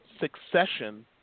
succession